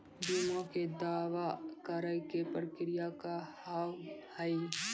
बीमा के दावा करे के प्रक्रिया का हाव हई?